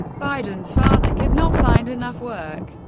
biden's father could not find enough work.